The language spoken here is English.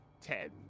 ten